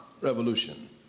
revolution